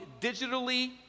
digitally